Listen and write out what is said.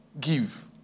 give